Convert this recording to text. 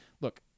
Look